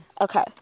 okay